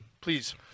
please